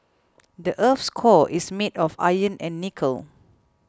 the earth's core is made of iron and nickel